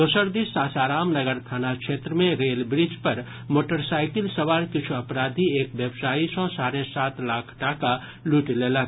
दोसर दिस सासाराम नगर थाना क्षेत्र मे रेल ब्रिज पर मोटरसाईकिल सवार किछु अपराधी एक व्यवसायी सँ साढ़े सात लाख टाका लूटि लेलक